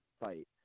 fight